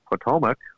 Potomac